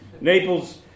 Naples